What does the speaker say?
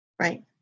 Right